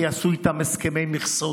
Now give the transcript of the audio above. כי עשו איתם הסכמי מכסות.